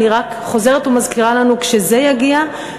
אני רק חוזרת ומזכירה לנו: כשזה יגיע,